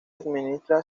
administra